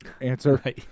Answer